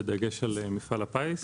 בדגש על מפעל הפיס.